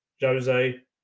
Jose